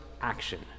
action